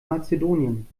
mazedonien